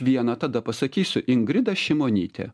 vieną tada pasakysiu ingrida šimonytė